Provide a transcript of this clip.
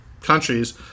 countries